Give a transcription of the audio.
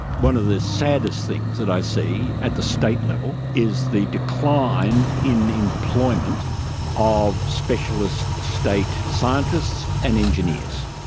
one of the saddest things that i see at the state level is the decline in employment of specialist state scientists and engineers.